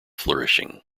flourishing